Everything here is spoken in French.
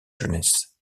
jeunesse